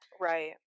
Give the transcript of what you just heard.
Right